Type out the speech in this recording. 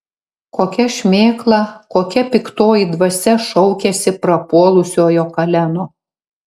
kokia šmėkla kokia piktoji dvasia šaukiasi prapuolusiojo kaleno